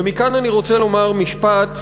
ומכאן אני רוצה לומר משפט,